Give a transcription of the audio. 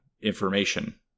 information